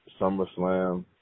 SummerSlam